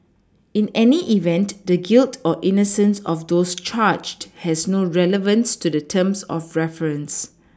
in any event the guilt or innocence of those charged has no relevance to the terms of reference